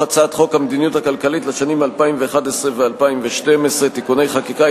הצעת חוק המדיניות הכלכלית לשנים 2011 ו-2012 (תיקוני חקיקה),